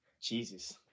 Jesus